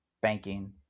banking